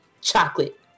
chocolate